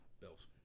Bills